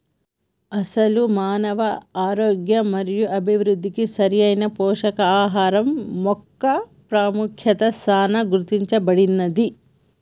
అసలు మానవ ఆరోగ్యం మరియు అభివృద్ధికి సరైన పోషకాహరం మొక్క పాముఖ్యత చానా గుర్తించబడింది